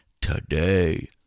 today